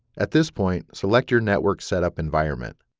at this point, select your network setup environment.